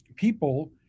people